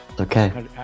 Okay